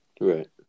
Right